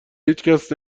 هیچکس